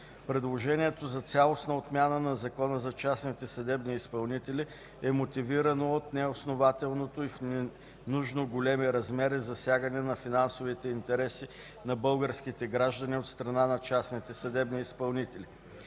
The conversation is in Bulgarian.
Предложението за цялостна отмяна на Закона за частните съдебни изпълнители е мотивирано от неоснователното и в ненужно големи размери засягане на финансовите интереси на българските граждани от страна на частните съдебни изпълнители.